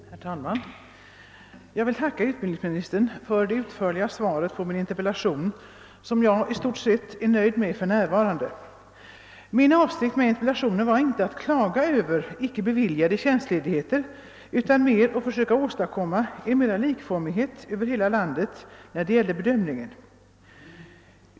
Herr talman! Jag vill tacka utbildningsministern för det utförliga svaret på min interpellation. I stort sett är jag för närvarande nöjd med svaret. Min avsikt med interpellationen var inte att klaga över icke beviljade tjänstledigheter utan mera ett försök att åstadkomma större likformighet över hela landet när det gäller bedömningen.